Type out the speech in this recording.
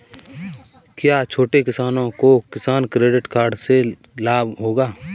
क्या छोटे किसानों को किसान क्रेडिट कार्ड से लाभ होगा?